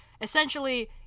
essentially